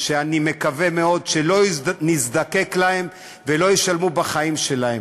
שאני מקווה מאוד שלא נזדקק להם ושלא ישלמו בחיים שלהם,